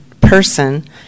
person